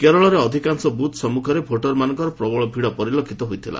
କେରଳରେ ଅଧିକାଂଶ ବୁଥ୍ ସମ୍ମୁଖରେ ଭୋଟରମାନଙ୍କର ପ୍ରବଳ ଭିଡ଼ ପରିଲକ୍ଷିତ ହୋଇଥିଲା